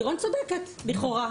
לירון צודקת לכאורה,